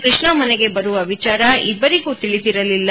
ಕೃಷ್ಣ ಮನೆಗೆ ಬರುವ ವಿಚಾರ ಇಬ್ಬರಿಗೂ ತಿಳಿದಿರಲಿಲ್ಲ